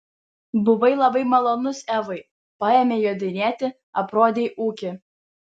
buvai labai malonus evai paėmei jodinėti aprodei ūkį